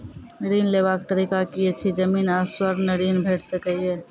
ऋण लेवाक तरीका की ऐछि? जमीन आ स्वर्ण ऋण भेट सकै ये?